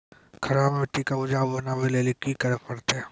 खराब मिट्टी के उपजाऊ बनावे लेली की करे परतै?